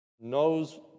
knows